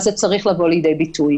אז זה צריך לבוא לידי ביטוי.